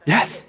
Yes